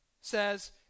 says